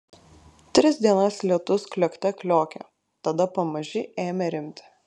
tris dienas lietus kliokte kliokė tada pamaži ėmė rimti